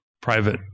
private